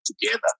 together